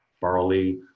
barley